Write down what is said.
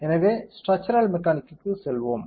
எனவே ஸ்ட்ராச்சரல் மெக்கானிக்கு செல்வோம்